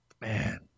man